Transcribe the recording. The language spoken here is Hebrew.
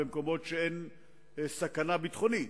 במקומות שאין סכנה ביטחונית.